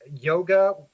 yoga